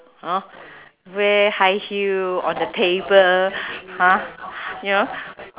hor wear high heel on the table !huh! you know